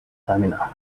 stamina